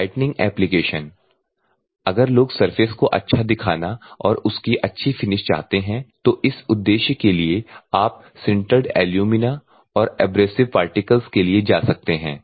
brightening application अगर लोग surface को अच्छा दिखाना और उसकी अच्छी फिनिश चाहते हैं तो इस उद्देश्य के लिए आप सिन्टर्ड एल्यूमिना और अन्य एब्रेसिव पार्टिकल्स के लिए जा सकते हैं